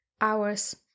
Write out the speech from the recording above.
hours